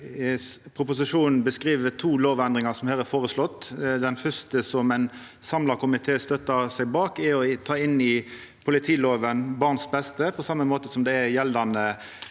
proposisjonen beskriv, to lovendringar som er føreslått. Den fyrste, som ein samla komité støttar, er å ta inn i politilova «barnets beste», på same måte som gjeldande